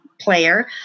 player